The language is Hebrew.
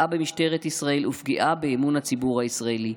פגיעה במשטרת ישראל ופגיעה באמון הציבור הישראלי.